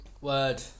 Word